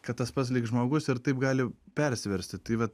kad tas pats lyg žmogus ir taip gali persiversti tai vat